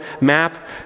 map